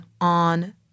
on